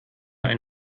ein